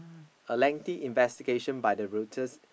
a lengthy investigation by the Reuters